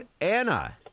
Anna